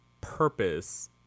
purpose